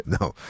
no